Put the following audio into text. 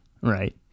right